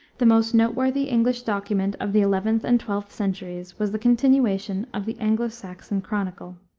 the most noteworthy english document of the eleventh and twelfth centuries was the continuation of the anglo-saxon chronicle.